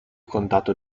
contato